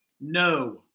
no